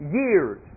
years